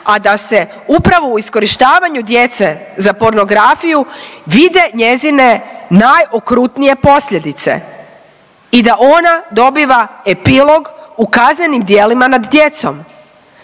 a da se upravo u iskorištavanju djece za pornografiju vide njezine najokrutnije posljedice i da ona dobiva epilog u kaznenim djelima nad djecom.